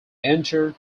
enter